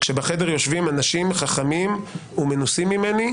כשבחדר יושבים אנשים חכמים ומנוסים ממני,